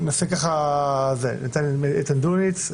איתן דוניץ,